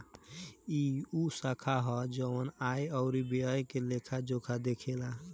ई उ शाखा ह जवन आय अउरी व्यय के लेखा जोखा देखेला